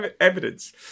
Evidence